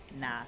Nah